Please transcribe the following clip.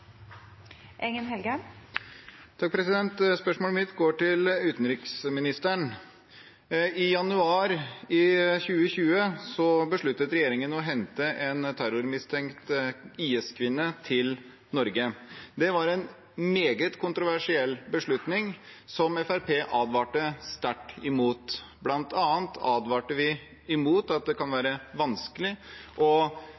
Spørsmålet mitt går til utenriksministeren. I januar 2020 besluttet regjeringen å hente en terrormistenkt IS-kvinne til Norge. Det var en meget kontroversiell beslutning, som Fremskrittspartiet advarte sterkt imot. Blant annet advarte vi imot at det kan